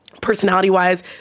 personality-wise